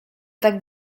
tak